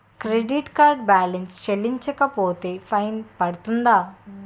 Credit card balance చెల్లించకపోతే fine పడ్తుంద?